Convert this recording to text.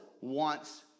wants